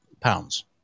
pounds